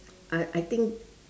I I think